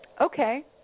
okay